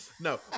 No